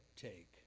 take